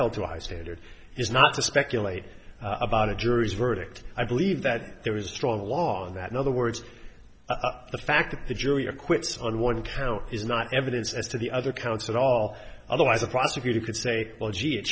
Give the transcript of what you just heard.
held to a high standard is not to speculate about a jury's verdict i believe that there is a strong law and that in other words the fact that the jury acquits on one count is not evidence as to the other counts at all otherwise the prosecutor could say well gee it